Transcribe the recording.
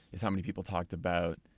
is how many people talked about,